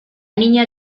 niña